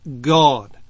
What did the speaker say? God